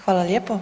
Hvala lijepo.